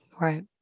Right